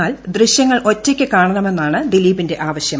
എന്നാൽ ദൃശ്യങ്ങൾ ഒറ്റക്ക് കാണണമെന്നാണ് ദിലീപിന്റെ ആവശ്യം